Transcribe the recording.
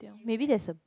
maybe there's a